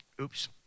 oops